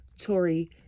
Tory